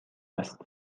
است